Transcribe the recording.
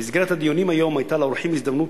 במסגרת הדיונים היום היתה לאורחים הזדמנות